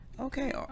Okay